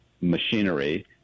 machinery